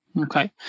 Okay